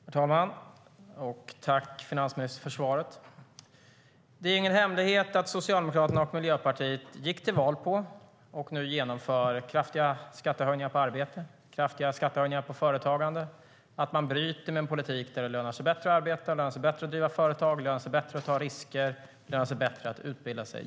Herr talman! Jag tackar finansministern för svaret. Det är ingen hemlighet att Socialdemokraterna och Miljöpartiet gick till val på och nu genomför kraftiga skattehöjningar på arbete och på företagande och att de bryter med en politik där det lönar sig bättre att arbeta, driva företag, ta risker och utbilda sig.